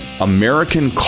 American